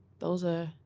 those are,